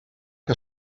que